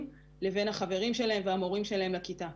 לבין החברים שלהם והמורים שלהם לכיתה.